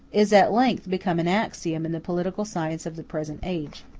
is at length become an axiom in the political science of the present age.